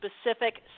specific